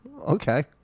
Okay